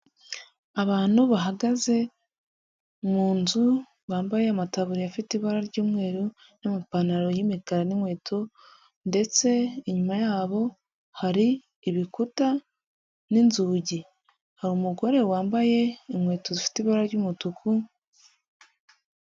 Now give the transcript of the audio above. Abantu bahagaze mu nzu bambaye amadaruburi afite ibara ry'umweru n'amapantaro y'imiiekara n'inkweto, ndetse inyuma yabo hari ibikuta n'inzugi hari, umugore wambaye inkweto zifite ibara ry'umutuku.